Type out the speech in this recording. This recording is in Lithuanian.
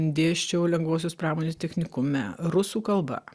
dėsčiau lengvosios pramonės technikume rusų kalba